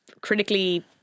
critically